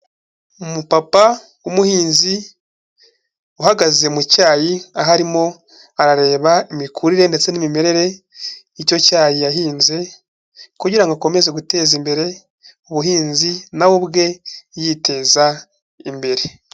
Umupapa w'umuhinzi, uhagaze mu cyayi aho arimo arareba imikurire ndetse n'imimerere icyo cyayi yahinze kugira ngo akomeze guteza imbere ubuhinzi na we ubwe yiteza imbere.